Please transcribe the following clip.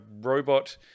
robot